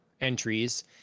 entries